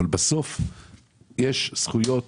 אבל בסוף יש זכויות...